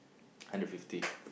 hundred fifty